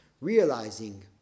realizing